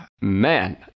Man